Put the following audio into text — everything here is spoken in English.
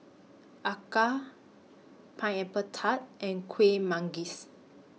Acar Pineapple Tart and Kuih Manggis